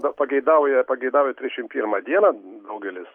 nu pageidauja pageidauja trišimpirmą dieną daugelis